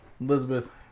Elizabeth